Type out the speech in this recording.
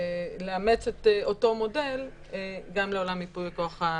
נאמץ את אותו מודל גם לעולם ייפוי הכוח המתמשך.